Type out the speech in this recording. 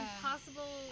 Impossible